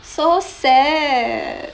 so sad